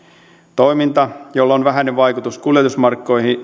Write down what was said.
toiminta jolla on vähäinen vaikutus kuljetusmarkkinoihin